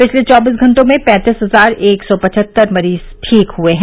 पिछले चौबीस घंटों में पैंतीस हजार एक सौ पचहत्तर मरीज ठीक हुए हैं